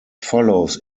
follows